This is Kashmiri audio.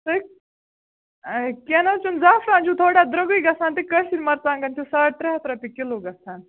کیٚنٛہہ نَہ حظ چھُنہٕ زیفران چھُ تھوڑا درٛۄگٕے گَژھان تہٕ کٲشٕرۍ مرژٕوانٛگن چھِ ساڈ ترٛےٚ ہتھ رۄپیہِ کِلو گَژھان